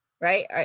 right